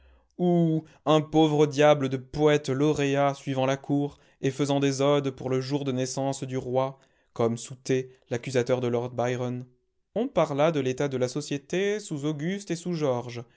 ou un pauvre diable de poète lauréat suivant la cour et faisant des odes pour le jour de naissance du roi comme southey l'accusateur de lord byron on parla de l'état de la société sous auguste et sous george